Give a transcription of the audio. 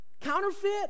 counterfeit